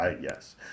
Yes